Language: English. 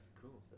cool